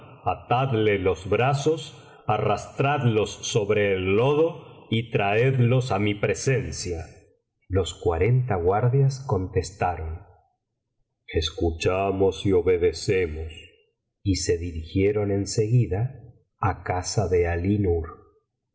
atadle los brazos arrastradlos sobre el lodo y traedlos á mi presencia los cuarenta guardias contestaron escuchamos y obedecemos y se dirigieron enseguida á casa de